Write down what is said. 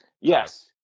Yes